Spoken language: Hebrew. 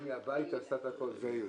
היא מהבית עשתה את הכול.